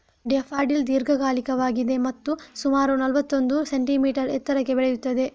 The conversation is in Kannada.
ಡ್ಯಾಫಡಿಲ್ ದೀರ್ಘಕಾಲಿಕವಾಗಿದೆ ಮತ್ತು ಸುಮಾರು ನಲ್ವತ್ತೊಂದು ಸೆಂಟಿಮೀಟರ್ ಎತ್ತರಕ್ಕೆ ಬೆಳೆಯುತ್ತದೆ